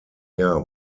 jahr